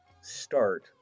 start